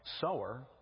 sower